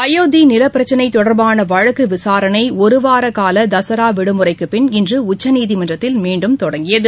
அயோத்தி நில பிரச்சினை தொடர்பான வழக்கு விசாரணை ஒருவாரகால தசாரா விடுமுறைக்குப் பின் இன்று உச்சநீதிமன்றத்தில் மீண்டும் தொடங்கியது